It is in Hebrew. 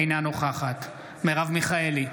אינה נוכחת מרב מיכאלי,